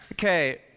Okay